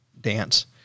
dance